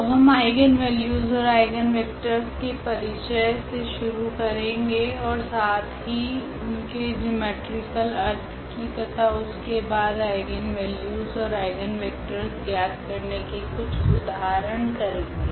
तो हम आइगनवेल्यूस ओर आइगनवेक्टरस के परिचय से शुरु करेगे ओर साथ ही उनके ज्योमेट्रिकल अर्थ की तथा उसके बाद आइगनवेल्यूस ओर आइगनवेक्टरस ज्ञात करने के कुछ उदाहरण करेगे